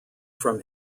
from